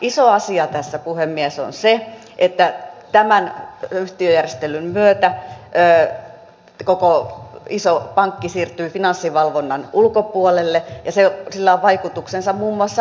iso asia tässä puhemies on se että tämän yhtiöjärjestelyn myötä koko iso pankki siirtyy finanssivalvonnan ulkopuolelle ja sillä on vaikutuksensa muun muassa valvontamaksuihin